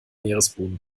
meeresboden